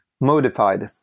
modified